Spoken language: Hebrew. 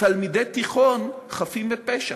תלמידי תיכון חפים מפשע?